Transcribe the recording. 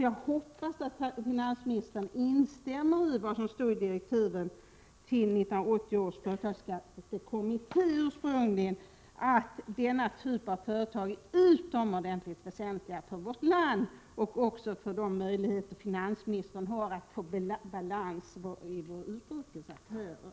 Jag hoppas ju att finansministern instämmer i vad som står i de ursprungliga direktiven till 1980 års företagsskattekommitté, att denna typ av företag är utomordentligt väsentliga för vårt land och också för de möjligheter som finansministern har att få bättre balans i våra utrikes affärer.